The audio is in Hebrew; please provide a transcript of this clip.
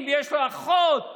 הרפואה תעסוקתית,